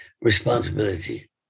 responsibility